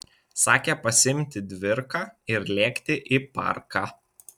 sakė pasiimti dvirką ir lėkti į parką